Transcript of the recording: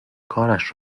کارش